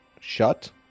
shut